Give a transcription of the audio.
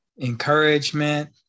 encouragement